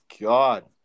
God